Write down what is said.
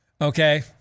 Okay